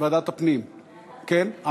ועדת הפנים, כן?